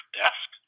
desk